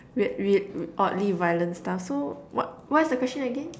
we~ weird uh oddly violent stuff so what what's the question again